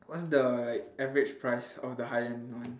what's the like average price of the high end one